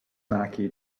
maki